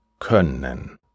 können